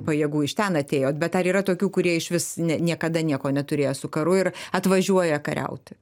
pajėgų iš ten atėjot bet ar yra tokių kurie išvis ne niekada nieko neturėję su karu ir atvažiuoja kariauti